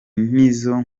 nizo